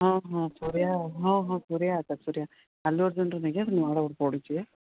ହଁ ହଁ କରିବା ଆଉ ହଁ ହଁ କରିବା ସେଇଟା ଅଲ୍ଲୁ ଅର୍ଜୁନ ନାହିଁ କିହେ ହଁ ସିନେମାଟା ପଡ଼ିଛି ହେ